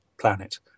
planet